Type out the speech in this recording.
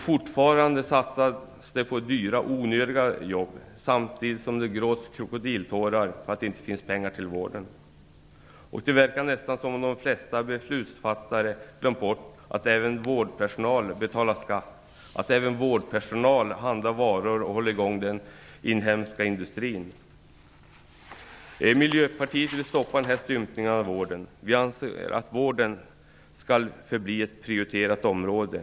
Fortfarande satsas det på dyra onödiga jobb, samtidigt som det gråts krokodiltårar för att det inte finns pengar till vården. Det verkar nästan som att de flesta beslutsfattare glömt bort att även vårdpersonal betalar skatt, att även vårdpersonal handlar varor och håller i gång den inhemska industrin. Vi i Miljöpartiet vill stoppa denna stympning av vården. Vi anser att vården skall förbli ett prioriterat område.